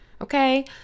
Okay